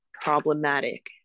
problematic